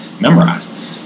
memorize